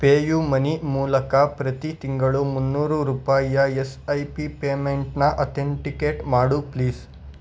PayUmoney ಮೂಲಕ ಪ್ರತಿ ತಿಂಗಳು ಮುನ್ನೂರು ರೂಪಾಯಿಯ ಎಸ್ ಐ ಪಿ ಪೇಮೆಂಟನ್ನ ಅಥೆಂಟಿಕೇಟ್ ಮಾಡು ಪ್ಲೀಸ್